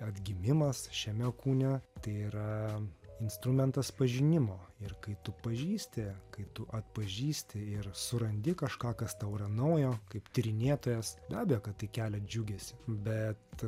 atgimimas šiame kūne tai yra instrumentas pažinimo ir kai tu pažįsti kai tu atpažįsti ir surandi kažką kas tau yra naujo kaip tyrinėtojas be abejo kad tai kelia džiugesį bet